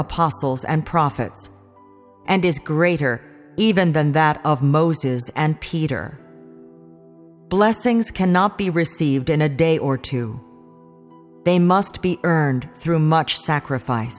apostles and prophets and is greater even than that of moses and peter blessings cannot be received in a day or two they must be earned through much sacrifice